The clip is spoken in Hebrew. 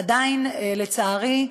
עדיין, לצערי,